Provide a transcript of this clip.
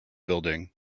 building